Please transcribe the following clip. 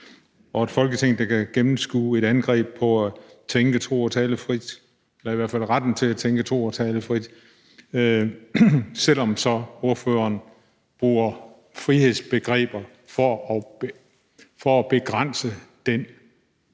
og et Folketing, der kan gennemskue et angreb på at tænke, tro og tale frit – eller i hvert fald retten til at tænke, tro og tale frit – selv om ordføreren så bruger frihedsbegreber for at begrænse den ret, vi